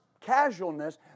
casualness